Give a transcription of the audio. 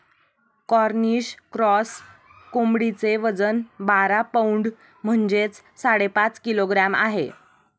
Cornish cross कोंबडीचे वजन बारा पौंड म्हणजेच साडेपाच किलोग्रॅम आहे